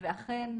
ואכן,